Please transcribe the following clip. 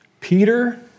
Peter